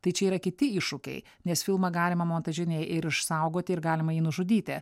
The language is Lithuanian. tai čia yra kiti iššūkiai nes filmą galima montažinėj ir išsaugoti ir galima jį nužudyti